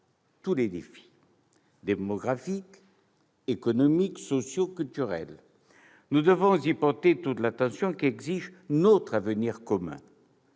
tous les défis- démographiques, économiques, sociaux, culturels. Nous devons y porter toute l'attention qu'exige notre avenir commun.